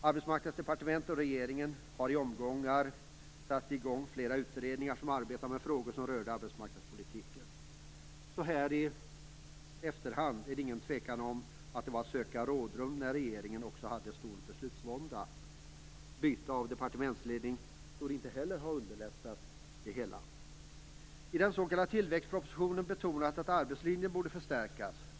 Arbetsmarknadsdepartementet och regeringen har i omgångar satt i gång flera utredningar som arbetar med frågor som rör arbetsmarknadspolitiken. Så här i efterhand råder det inget tvivel om att det var för att söka rådrum när regeringen också hade stor beslutsvånda. Byte av departementsledning torde inte heller ha underlättat det hela. I den s.k. tillväxtpropositionen betonas att arbetslinjen borde förstärkas.